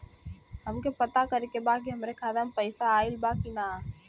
हमके पता करे के बा कि हमरे खाता में पैसा ऑइल बा कि ना?